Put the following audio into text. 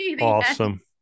Awesome